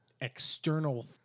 external